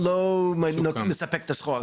הוא לא מספק את הסחורה.